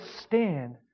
stand